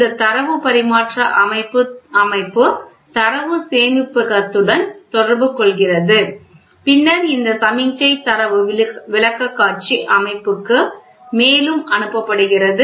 இந்த தரவு பரிமாற்ற அமைப்பு தரவு சேமிப்பகத்துடன் தொடர்பு கொள்கிறது பின்னர் இந்த சமிக்ஞை தரவு விளக்கக்காட்சி அமைப்புக்கு மேலும் அனுப்பப்படுகிறது